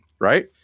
Right